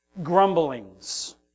Grumblings